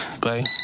bye